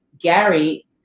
Gary